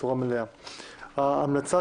המלצה